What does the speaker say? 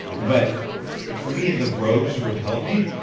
but for me, the robes repelled me.